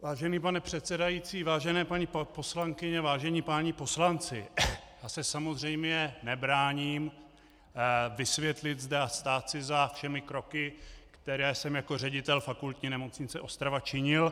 Vážený pane předsedající, vážené paní poslankyně, vážení páni poslanci, já se samozřejmě nebráním vysvětlit a stát si za všemi kroky, které jsem jako ředitel Fakultní nemocnice Ostrava činil.